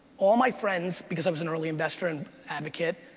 all my friends because i was an early investor and advocate,